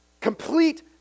complete